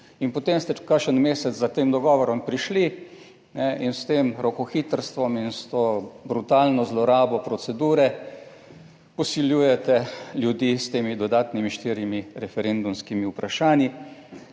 in potem ste kakšen mesec za tem dogovorom prišli in s tem rokohitrstvom in s to brutalno zlorabo procedure posiljujete ljudi s temi dodatnimi štirimi referendumskimi vprašanji.